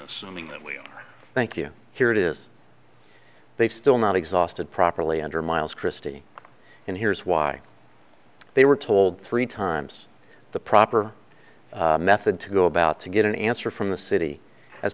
we thank you here it is they've still not exhausted properly under miles christie and here's why they were told three times the proper method to go about to get an answer from the city as